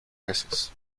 veces